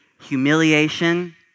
humiliation